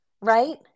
right